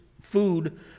food